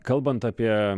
kalbant apie